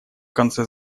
конце